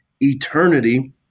eternity